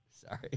Sorry